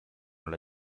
alla